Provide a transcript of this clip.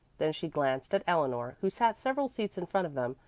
then she glanced at eleanor, who sat several seats in front of them,